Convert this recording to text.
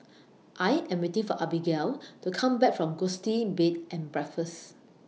I Am waiting For Abigale to Come Back from Gusti Bed and Breakfast